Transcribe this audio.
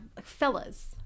Fellas